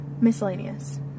miscellaneous